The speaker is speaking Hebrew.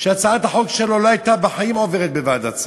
שהצעת החוק שלו בחיים לא הייתה עוברת בוועדת השרים,